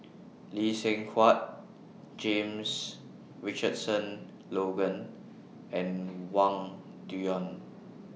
Lee Seng Huat James Richardson Logan and Wang Dayuan